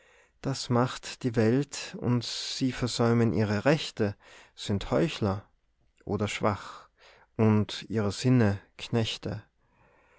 das macht die welt und sie versäumen ihre rechte sind heuchler oder schwach und ihrer sinne